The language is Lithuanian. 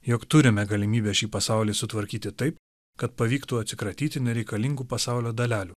jog turime galimybę šį pasaulį sutvarkyti taip kad pavyktų atsikratyti nereikalingų pasaulio dalelių